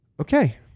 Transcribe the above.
Okay